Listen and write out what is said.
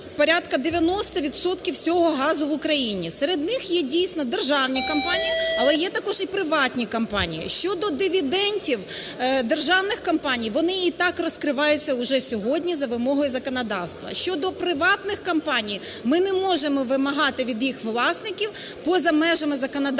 відсотків всього газу в Україні. Серед них є, дійсно, державні компанії, але є також і приватні компанії. Щодо дивідендів державних компаній, вони і так розкриваються вже сьогодні за вимогою законодавства. Щодо приватних компаній, ми не можемо вимагати від їх власників поза межами законодавства